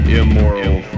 immoral